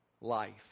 life